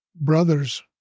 brothers